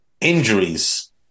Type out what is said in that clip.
injuries